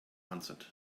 answered